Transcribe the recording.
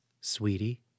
Sweetie